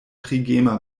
trigema